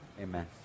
amen